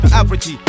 average